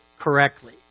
correctly